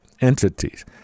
entities